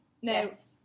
Yes